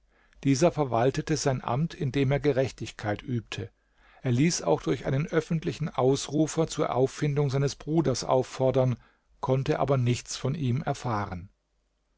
dieser verwaltete sein amt indem er gerechtigkeit übte er ließ auch durch einen öffentlichen ausrufer zur auffindung seines bruders auffordern konnte aber nichts von ihm erfahren